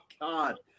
God